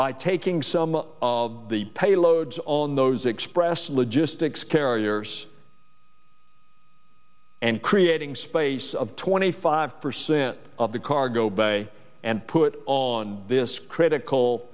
by taking some of the payloads on those express logistics carrier and creating space of twenty five percent of the cargo bay and put on this critical